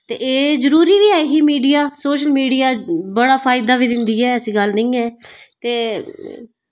ते एह् जरुरी बी ऐ ही मीडिया सोशल मीडिया बड़ा फायदा बी दिन्दी ऐ ऐसी गल्ल निं ऐ ते